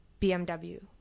BMW